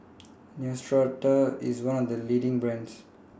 Neostrata IS one of The leading brands